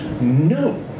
No